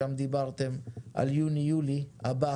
שם דיברתם על יוני יולי הבא